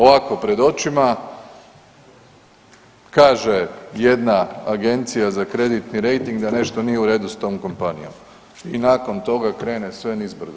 Ovako pred očima kaže jedna Agencija za kreditni rejting da nešto nije u redu s tom kompanijom i nakon toga krene sve nizbrdo.